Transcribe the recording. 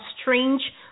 strange